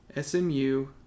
SMU